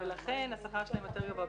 לכן השכר שלהן יותר גבוה.